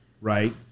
Right